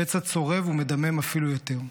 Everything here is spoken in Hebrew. הפצע צורב ומדמם אפילו יותר.